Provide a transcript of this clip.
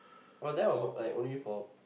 but that was I only for